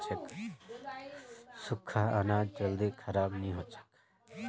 सुख्खा अनाज जल्दी खराब नी हछेक